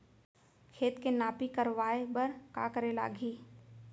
खेत के नापी करवाये बर का करे लागही?